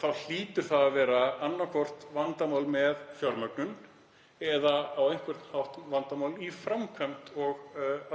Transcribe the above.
Það hlýtur að vera annaðhvort vandamál með fjármögnun eða á einhvern hátt vandamál í framkvæmd og